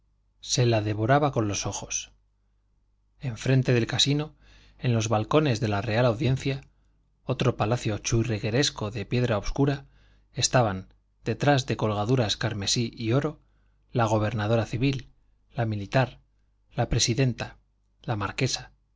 se la devoraba con los ojos en frente del casino en los balcones de la real audiencia otro palacio churrigueresco de piedra obscura estaban detrás de colgaduras carmesí y oro la gobernadora civil la militar la presidenta la marquesa